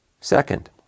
Second